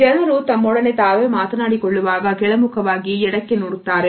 ಜನರು ತಮ್ಮೊಡನೆ ತಾವೇ ಮಾತನಾಡಿ ಕೊಳ್ಳುವಾಗ ಕೆಳಮುಖವಾಗಿ ಎಡಕ್ಕೆ ನೋಡುತ್ತಾರೆ